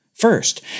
First